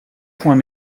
point